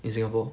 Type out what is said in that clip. in singapore